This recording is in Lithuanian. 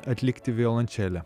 atlikti violončele